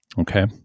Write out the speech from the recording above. Okay